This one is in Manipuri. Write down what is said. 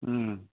ꯎꯝ